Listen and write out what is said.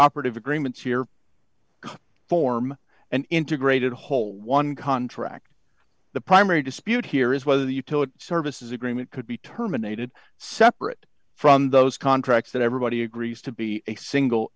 operative agreements here form an integrated whole one contract the primary dispute here is whether the utility services agreement could be terminated separate from those contracts that everybody agrees to be a single